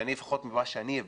ואני לפחות ממה שאני הבנתי,